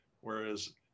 Whereas